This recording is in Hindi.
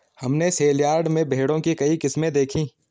हमने सेलयार्ड में भेड़ों की कई किस्में देखीं